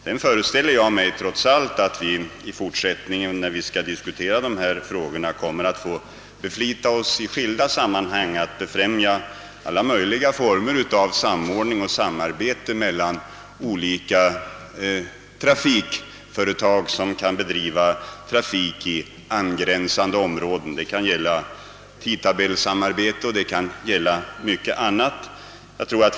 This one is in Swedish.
Jag föreställer mig trots allt att vi i fortsättningen, när vi skall diskutera dessa frågor, i skilda sammanhang kommer att få lov att beflita oss om att befrämja alla möjliga former av samordning och samarbete mellan trafikföretag som bedriver trafik i till varandra gränsande områden. Det kan gälla samarbete i fråga om tidtabeller och mycket annat.